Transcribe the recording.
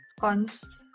Cons